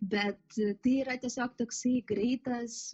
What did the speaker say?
bet tai yra tiesiog toksai greitas